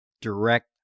direct